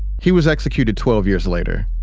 he was executed twelve years later